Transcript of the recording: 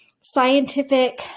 scientific